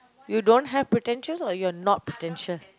you don't have potential or you're not potential